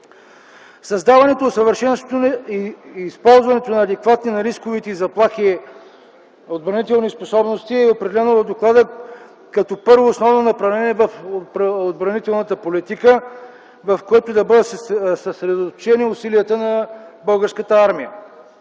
Създаването, усъвършенстването и използването на адекватни на рисковете заплахи и отбранителни способности е определено в доклада като първо основно направление в отбранителната политика, в което да бъдат съсредоточени усилията на Българската армия.